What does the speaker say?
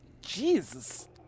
Jesus